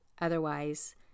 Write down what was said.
Otherwise